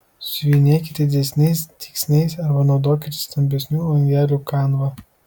siuvinėkite didesniais dygsniais arba naudokite stambesnių langelių kanvą